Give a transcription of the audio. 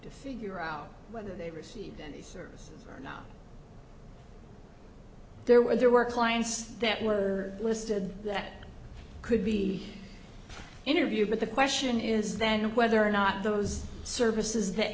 to figure out whether they received any services or not there were there were clients that were listed that could be interviewed but the question is then whether or not those services that